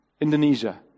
Indonesia